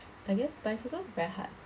I guess but it's also very hard